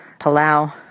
Palau